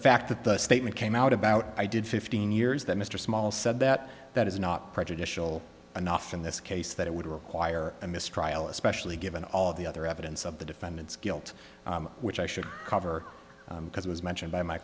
fact that the statement came out about i did fifteen years that mr small said that that is not prejudicial enough in this case that it would require a mistrial especially given all of the other evidence of the defendant's guilt which i should cover because it was mentioned by my